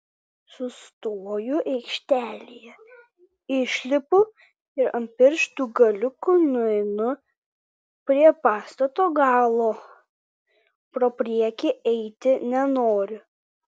sustoju aikštelėje išlipu ir ant pirštų galiukų nueinu prie pastato galo pro priekį eiti nenoriu